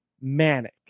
manic